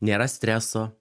nėra streso